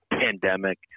pandemic